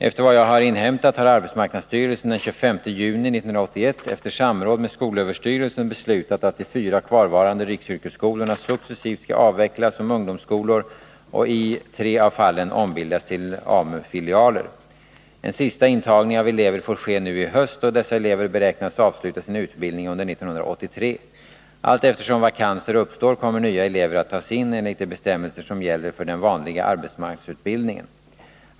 Efter vad jag har inhämtat har arbetsmarknadsstyrelsen den 25 juni 1981 efter samråd med skolöverstyrelsen beslutat att de fyra kvarvarande riksyrkesskolorna successivt skall avvecklas som ungdomsskolor och i tre av fallen ombildas till AMU-filialer. En sista intagning av elever får ske nu i höst, och dessa elever beräknas avsluta sin utbildning under 1983. Allteftersom vakanser uppstår kommer nya elever att tas in enligt de bestämmelser som gäller för den vanliga arbetsmarknadsutbildningen.